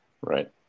Right